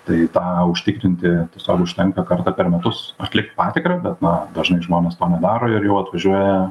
tai tą užtikrinti tiesiog užtenka kartą per metus atlikt patikrą bet na dažnai žmonės to nedaro ir jau atvažiuoja